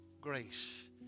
grace